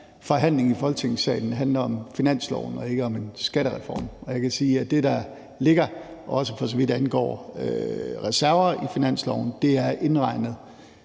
forhandling i Folketingssalen handler om finansloven og ikke om en skattereform, og jeg vil sige, at det, der ligger, også for så vidt angår reserver i finansloven, er indregnet